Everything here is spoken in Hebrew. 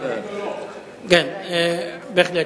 כן, בהחלט.